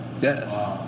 Yes